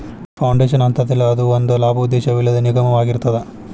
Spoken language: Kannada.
ಫೌಂಡೇಶನ್ ಅಂತದಲ್ಲಾ, ಅದು ಒಂದ ಲಾಭೋದ್ದೇಶವಿಲ್ಲದ್ ನಿಗಮಾಅಗಿರ್ತದ